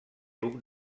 duc